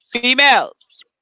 females